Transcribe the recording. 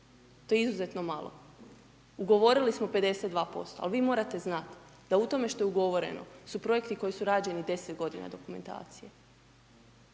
to je izuzetno malo. Ugovorili smo 52% ali vi morate znati d u tome što je ugovoreno su projekti koji su rađeni 10 g. dokumentacije,